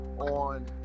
on